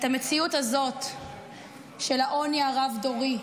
את המציאות הזאת של העוני הרב-דורי,